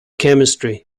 chemistry